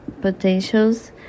potentials